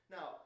Now